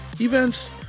events